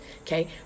okay